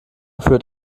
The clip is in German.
führt